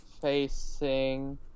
Facing